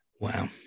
Wow